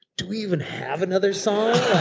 do we even have another song?